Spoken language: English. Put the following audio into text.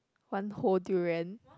one whole durian